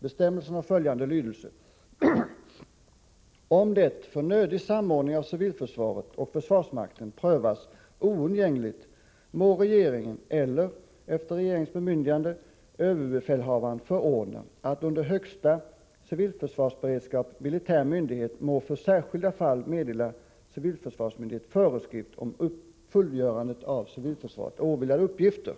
Bestämmelsen har följande lydelse: Om det för nödig samordning av civilförsvaret och försvarsmakten prövas oundgängligt, må regeringen eller, efter regeringens bemyndigande, överbefälhavaren förordna, att under högsta civilförsvarsberedskap militär myndighet må för särskilda fall meddela civilförsvarsmyndighet föreskrift om fullgörandet av civilförsvaret åvilande uppgifter.